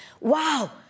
wow